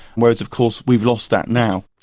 whereas of course, we've lost that now.